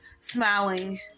smiling